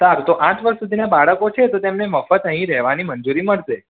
સારું તો આઠ વર્ષ સુધીનાં બાળકો છે તો તેમને મફત અહીં રહેવાની મંજૂરી મળશે